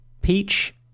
Peach